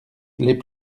les